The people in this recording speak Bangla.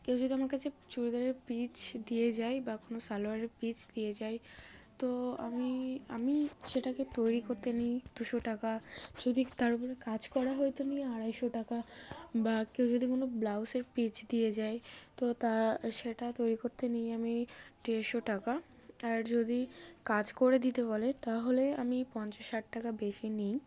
কেউ যদি আমার কাছে চুড়িদারের পিস দিয়ে যায় বা কোনো সালোয়ারের পিচ দিয়ে যায় তো আমি আমি সেটাকে তৈরি করতে নিই দুশো টাকা যদি তার উপরে কাজ করা হয়তো নিই আড়াইশো টাকা বা কেউ যদি কোনো ব্লাউজের পিচ দিয়ে যায় তো তা সেটা তৈরি করতে নিই আমি দেড়শো টাকা আর যদি কাজ করে দিতে বলে তাহলে আমি পঞ্চাশ ষাট টাকা বেশি নিই